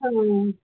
हा